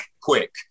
quick